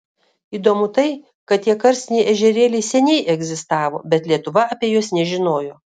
įdomu tai kad tie karstiniai ežerėliai seniai egzistavo bet lietuva apie juos nežinojo